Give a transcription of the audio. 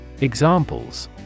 Examples